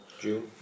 June